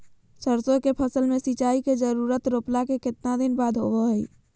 सरसों के फसल में सिंचाई के जरूरत रोपला के कितना दिन बाद होबो हय?